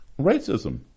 Racism